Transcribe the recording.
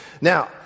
Now